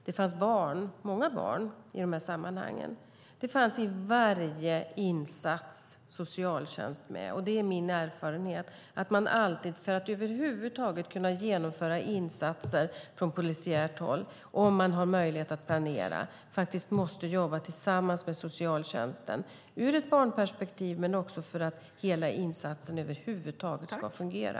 Det fanns många barn i dessa sammanhang, och i varje insats fanns socialtjänsten med. Min erfarenhet är att man alltid, för att över huvud taget kunna genomföra insatser från polisiärt håll och om man har möjlighet att planera, måste jobba tillsammans med socialtjänsten - ur ett barnperspektiv men också för att hela insatsen alls ska fungera.